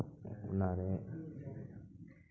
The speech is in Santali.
ᱚᱱᱟᱨᱮ